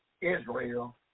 Israel